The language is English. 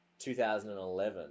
2011